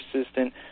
assistant